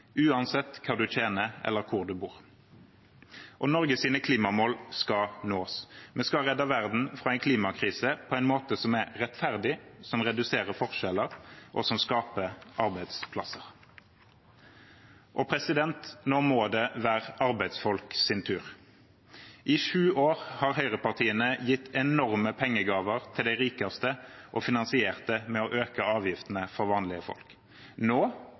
uansett hva man tjener, eller hvor man bor. Norges klimamål skal nås. Vi skal redde verden fra en klimakrise på en måte som er rettferdig, som reduserer forskjeller, og som skaper arbeidsplasser. Nå må det være arbeidsfolks tur. I sju år har høyrepartiene gitt enorme pengegaver til de rikeste og finansiert det med å øke avgiftene for vanlige folk. Nå,